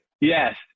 Yes